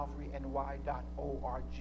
calvaryny.org